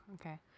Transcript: okay